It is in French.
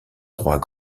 trois